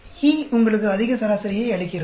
E உங்களுக்கு அதிக சராசரியை அளிக்கிறது